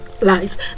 lies